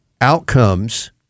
outcomes